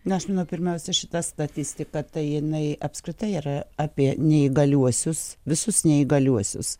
na aš manau pirmiausia šita statistika tai jinai apskritai yra apie neįgaliuosius visus neįgaliuosius